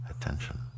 attention